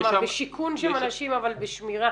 כלומר בשיכון של אנשים אבל בשמירה?